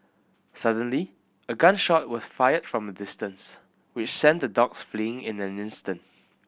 suddenly a gun shot was fired from a distance which sent the dogs fleeing in an instant